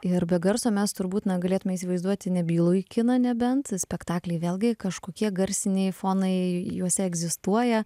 ir be garso mes turbūt na galėtume įsivaizduoti nebylųjį kiną nebent spektakly vėlgi kažkokie garsiniai fonai juose egzistuoja